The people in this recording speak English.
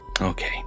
Okay